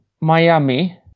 Miami